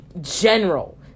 general